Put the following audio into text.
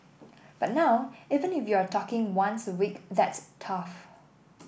but now even if you're talking once a week that's tough